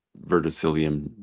verticillium